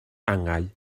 angau